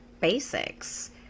basics